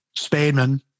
Spademan